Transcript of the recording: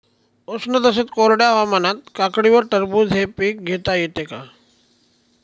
उष्ण तसेच कोरड्या हवामानात काकडी व टरबूज हे पीक घेता येते का?